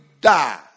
die